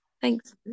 thanks